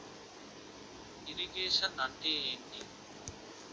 Irrigation అంటే ఏంటీ?